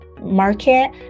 market